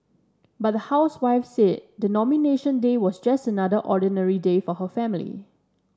but the housewife said the Nomination Day was just another ordinary day for her family